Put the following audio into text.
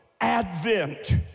advent